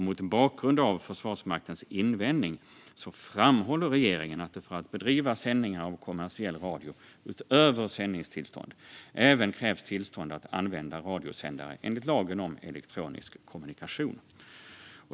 Mot bakgrund av Försvarsmaktens invändning framhåller regeringen att det för att bedriva sändningar av kommersiell radio utöver sändningstillstånd även krävs tillstånd att använda radiosändare enligt lagen om elektronisk kommunikation.